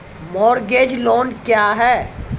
Mortgage loan क्या है?